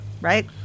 right